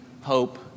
hope